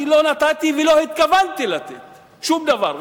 אני לא נתתי ולא התכוונתי לתת שום דבר.